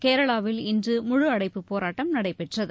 கேரளாவில் இன்று முழு அடைப்புப் போராட்டம் நடைபெற்றது